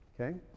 Okay